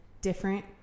different